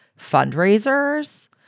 fundraisers